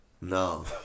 No